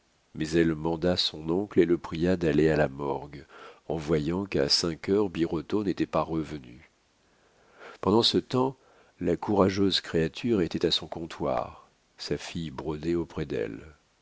mais elle manda son oncle et le pria d'aller à la morgue en voyant qu'à cinq heures birotteau n'était pas revenu pendant ce temps la courageuse créature était à son comptoir sa fille brodait auprès d'elle